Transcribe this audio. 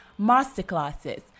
masterclasses